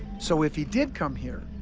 so if he did come here,